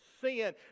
sin